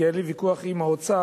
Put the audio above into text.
כי היה לי ויכוח עם האוצר